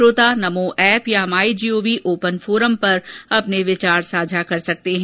श्रोता नमो एप या my GOV open forum पर अपने विचार साझा कर सकते हैं